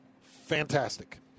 fantastic